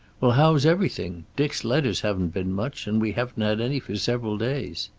well, how's everything? dick's letters haven't been much, and we haven't had any for several days.